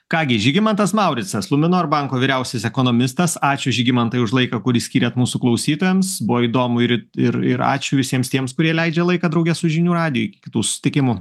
ką gi žygimantas mauricas luminor banko vyriausias ekonomistas ačiū žygimantai už laiką kurį skyrėt mūsų klausytojams buvo įdomu ir ir ir ačiū visiems tiems kurie leidžia laiką drauge su žinių radiju iki kitų susitikimų